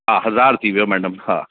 हा हज़ार थी वियो मैडम हा